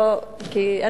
כולל זאת.